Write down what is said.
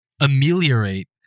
ameliorate